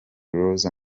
rose